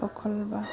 অকল বা